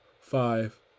five